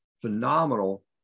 phenomenal